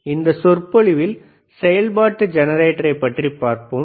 அடுத்த சொற்பொழிவில் செயல்பாட்டு ஜெனரேட்டரைப பற்றி பார்ப்போம்